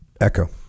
Echo